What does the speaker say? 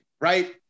right